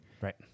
Right